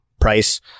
price